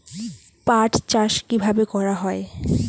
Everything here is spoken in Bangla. পাট চাষ কীভাবে করা হয়?